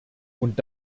und